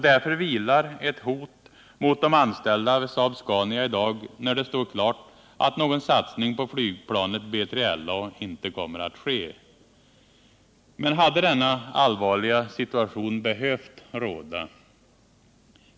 Därför vilar ett hot mot de anställda vid Saab-Scania i dag när det står klart att någon satsning på flygplanet B3LA inte kommer att ske. Men hade denna allvarliga situation behövt råda?